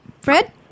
fred